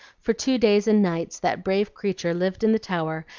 for two days and nights that brave creature lived in the tower,